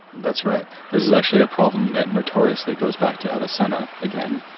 that's right. this is actually a problem that notoriously goes back to avicenna again,